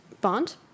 Bond